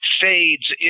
fades